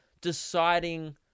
deciding